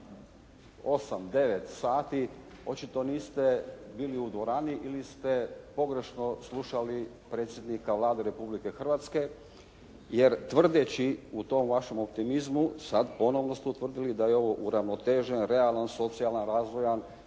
sati očito niste bili u dvorani ili ste pogrešno slušali predsjednika Vlade Republike Hrvatske jer tvrdeći u tom vašem optimizmu sada ponovno ste potvrdili da je ovo uravnotežen, realan, socijalan, razvojan